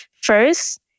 First